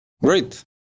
Great